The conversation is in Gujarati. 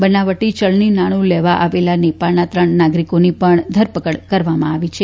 બનાવટી ચલગ્ની નાગ્નું લેવા આવેલા નેપાળના ત્રણ નાગરીકની પણ ધરપકડ કરવામાં આવી છે